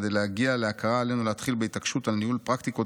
כדי להגיע להכרה עלינו להתחיל בהתעקשות על ניהול פרקטיקות